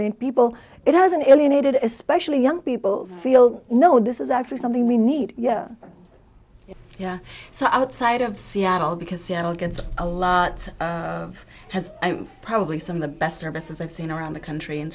anyone people it has an alienated especially young people feel no this is actually something we need yet yeah so outside of seattle because seattle gets a lot of has probably some of the best services i've seen around the country in